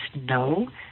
no